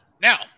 Now